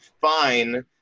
fine